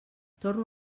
torno